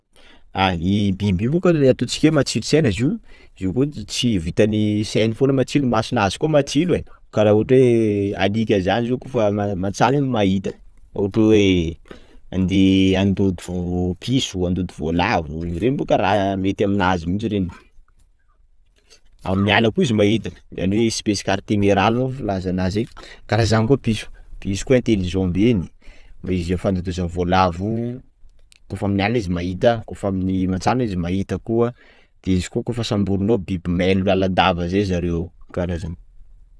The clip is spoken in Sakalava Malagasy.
Ah io biby io manko io ataontsika matsilo saina izy io, boko tsy vitany sainy fona matsilo, masonazy koa matsilo ai, karah ohatra hoe Alika zany zao koafa mantsana io mahita, ohatra hoe andeha andoto vo piso, andoto volavo, reny boka raha mety aminazy mintsy reny, aminy alina koa izy mahita ndraindray izy espece cartemeral moa filaza nazy iny, karah zany koa piso, piso koa intelligent be iny, izy fa mifandoto aminy volavo, koafa aminy alina izy mahita, kôfa aminy mantsana izy mahita koa, de izy kôfa samborinao, biby mailo lalandava izay zareo, kara zany.